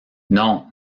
non